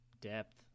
depth